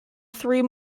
three